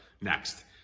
next